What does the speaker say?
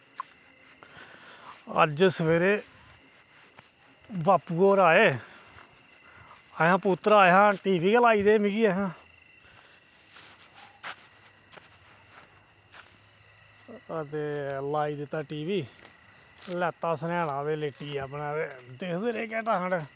अज्ज सबेरै बापू होर आए ऐहें पुत्तरा टीवी गै लाई दे मिगी ऐहें अ लाई दित्ता टीवी लैता सर्हैना ते लेटियै अपने ते दिक्खदे रेह् घंटा खंड